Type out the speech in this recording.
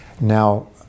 Now